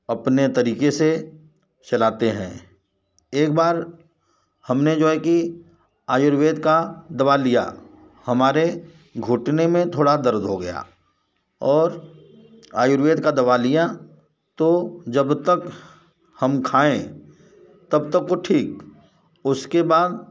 अपने तरीक़े से चलाते हैं एक बार हमने जो है कि आयुर्वेद का दवा लिया हमारे घुटने में थोड़ा दर्द हो गया और आयुर्वेद का दवा लिया तो जब तक हम खाएँ तब तक वो ठीक उसके बाद